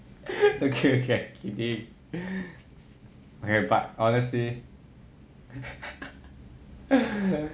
okay okay I kidding but honestly